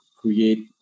create